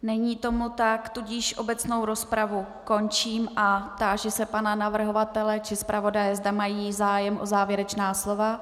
Není tomu tak, tudíž obecnou rozpravu končím a táži se pana navrhovatele či zpravodaje, zda mají zájem o závěrečná slova.